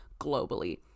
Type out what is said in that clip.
globally